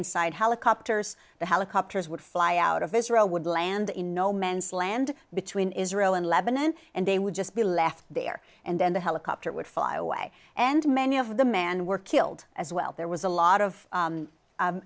inside helicopters the helicopters would fly out of israel would land in no man's land between israel and lebanon and they would just be left there and then the helicopter would fly away and many of the man were killed as well there was a lot of